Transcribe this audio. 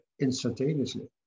instantaneously